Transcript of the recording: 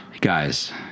Guys